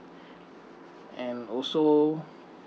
and also